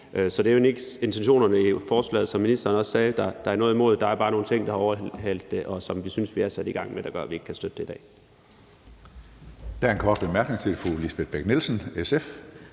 er egentlig ikke intentionerne i forslaget, hvilket ministeren også sagde, som vi har noget imod. Der er bare nogle ting, som har overhalet det, og som vi synes at vi har sat i gang, som gør, at vi ikke kan støtte forslaget i dag.